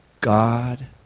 God